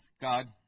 God